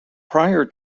prior